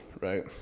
right